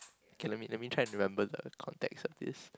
kay let me let me try to remember the context of this